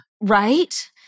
Right